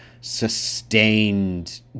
sustained